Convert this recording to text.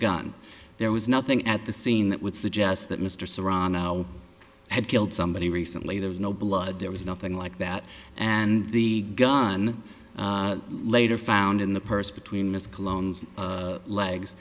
gun there was nothing at the scene that would suggest that mr serrano had killed somebody recently there was no blood there was nothing like that and the gun later found in the purse between his colognes legs